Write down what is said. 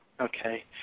Okay